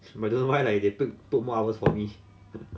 I don't why lah like they take take more hours for me